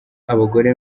abagore